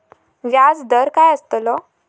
व्याज दर काय आस्तलो?